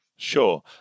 Sure